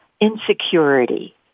insecurity